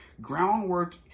Groundwork